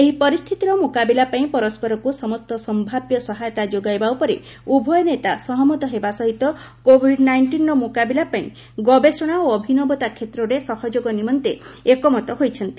ଏହି ପରିସ୍ଥିତିର ମୁକାବିଲା ପାଇଁ ପରସରକୁ ସମସ୍ତ ସମ୍ଭାବ୍ୟ ସହାୟତା ଯୋଗାଇବା ଉପରେ ଉଭୟ ନେତା ସହମତ ହେବା ସହିତ କୋଭିଡ୍ ନାଇଷ୍ଟିନ୍ର ମୁକାବିଲା ପାଇଁ ଗବେଷଣା ଓ ଅଭିନବତା କ୍ଷେତ୍ରରେ ସହଯୋଗ ନିମନ୍ତେ ଏକମତ ହୋଇଛନ୍ତି